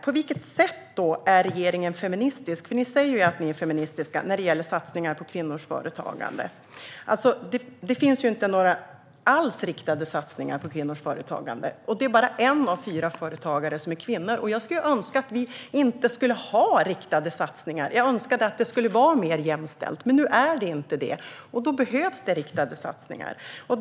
På vilket sätt är regeringen feministisk? Ni säger att regeringen är feministisk när det gäller satsningar på kvinnors företagande. Det finns inte några riktade satsningar på kvinnors företagande. Det är bara en av fyra företagare som är kvinna. Jag önskar att det inte skulle behövas riktade satsningar utan att det skulle vara mer jämställt. Men nu är det inte så, och då behövs riktade satsningar.